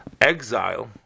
exile